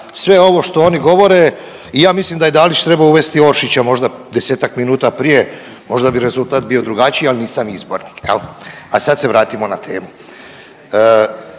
sve ovo što oni govore i ja mislim da je Dalić trebao uvesti Oršića možda 10-tak minuta prije možda bi rezultat bio drugačiji, al nisam izbornik, jel, a sad se vratimo na temu.